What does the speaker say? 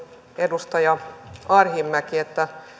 edustaja arhinmäki sitä